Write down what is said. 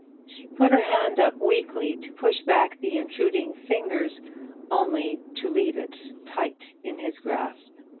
she put her hand up weakly, to push back the intruding fingers only to leave it tight in his grasp.